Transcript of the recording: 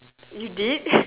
you did